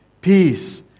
peace